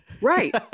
Right